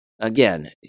again